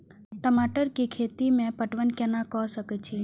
टमाटर कै खैती में पटवन कैना क सके छी?